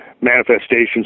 manifestations